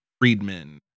Friedman